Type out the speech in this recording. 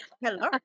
Hello